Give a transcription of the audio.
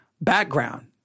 Background